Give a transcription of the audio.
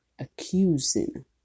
accusing